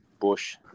bush